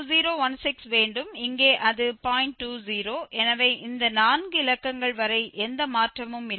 20 எனவே இந்த நான்கு இலக்கங்கள் வரை எந்த மாற்றமும் இல்லை